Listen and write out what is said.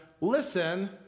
listen